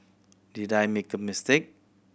did I make a mistake